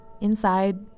Inside